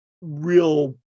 real